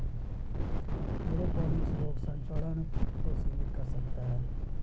aeroponics रोग संचरण को सीमित कर सकता है